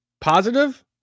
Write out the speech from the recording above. positive